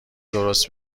درست